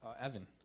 Evan